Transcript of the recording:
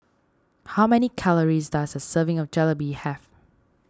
how many calories does a serving of Jalebi have